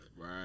Right